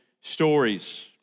stories